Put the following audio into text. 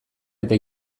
eta